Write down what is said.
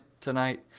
tonight